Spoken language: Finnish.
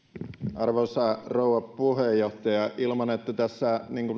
arvoisa rouva puheenjohtaja ilman että tässä